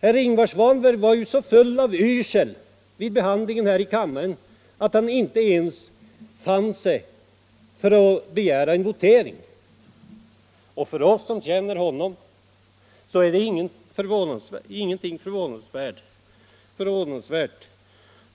Herr Ingvar Svanberg var ju så drabbad av yrsel vid behandlingen av ärendet här i kammaren att han inte ens fann sig föranlåten att begära en votering. För oss som känner honom är det ingenting förvånansvärt.